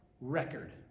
record